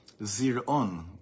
zir'on